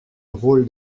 rôle